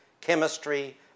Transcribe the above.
chemistry